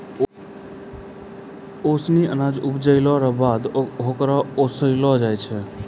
ओसानी अनाज उपजैला रो बाद होकरा ओसैलो जाय छै